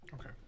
Okay